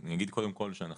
אני אגיד קודם כל שאנחנו